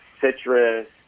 citrus